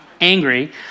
Angry